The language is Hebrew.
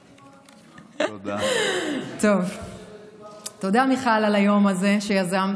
תודה, מיכל, על היום הזה שיזמת.